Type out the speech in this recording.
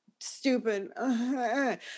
Stupid